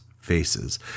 faces